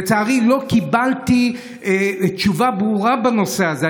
לצערי, לא קיבלתי תשובה ברורה בנושא הזה.